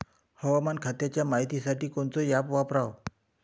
हवामान खात्याच्या मायतीसाठी कोनचं ॲप वापराव?